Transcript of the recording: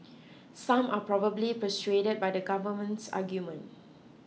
some are probably persuaded by the government's argument